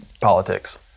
politics